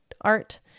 art